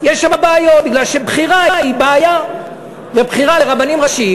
יש שם בעיות מפני שבחירה היא בעיה ובחירה של רבנים ראשיים,